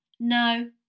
No